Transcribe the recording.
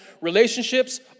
Relationships